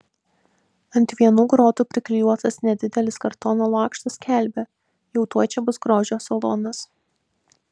ant vienų grotų priklijuotas nedidelis kartono lakštas skelbia jau tuoj čia bus grožio salonas